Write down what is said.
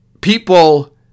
people